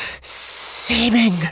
seeming